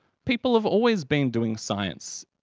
people have always been doing science.